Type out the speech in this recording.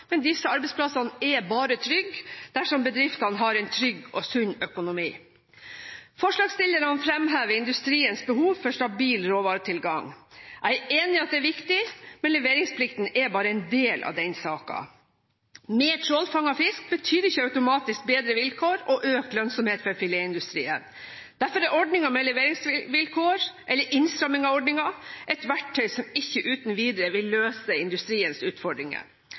men disse arbeidsplassene er bare trygge dersom bedriftene har en trygg og sunn økonomi. Forslagsstillerne fremhever industriens behov for stabil råvaretilgang. Jeg er enig i at det er viktig, men leveringsplikten er bare en del av den saken. Mer trålfanget fisk betyr ikke automatisk bedre vilkår og økt lønnsomhet for filetindustrien. Derfor er ordningen med leveringsvilkår, eller innstramming av ordningen, et verktøy som ikke uten videre vil løse industriens utfordringer.